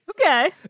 okay